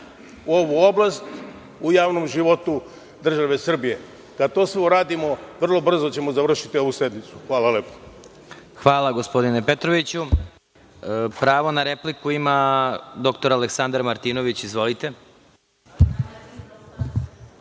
ovu oblast u javnom životu države Srbije. Kada sve to uradimo vrlo brzo ćemo završiti ovu sednicu. Hvala lepo. **Vladimir Marinković** Hvala, gospodine Petroviću. Pravo na repliku ima doktor Aleksandar Martinović. Izvolite.(